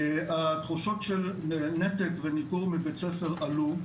התחושות של נתק וניכור מבית ספר עלו,